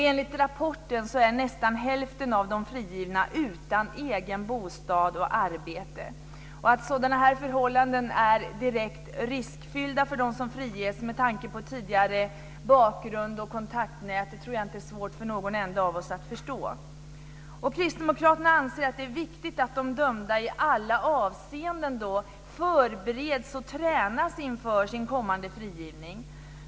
Enligt rapporten är nästan hälften av de frigivna utan egen bostad och arbete. Att sådana här förhållanden är direkt riskfyllda för dem som friges med tanke på tidigare bakgrund och kontaktnät tror jag inte är svårt för någon enda av oss att förstå. Kristdemokraterna anser att det är viktigt att de dömda i alla avseenden förbereds och tränas inför sin kommande frigivning.